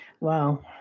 wow